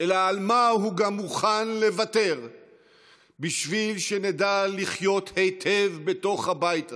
אלא על מה הוא גם מוכן לוותר בשביל שנדע לחיות היטב בתוך הבית הזה.